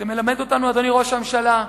זה מלמד אותנו, אדוני ראש הממשלה,